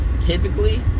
typically